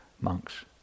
monks